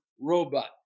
robot